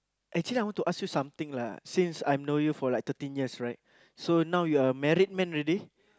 actually I want to ask you something lah since I've know you for like thirteen years right so now you are a married man already